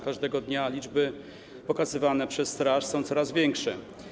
Każdego dnia liczby pokazywane przez straż są coraz większe.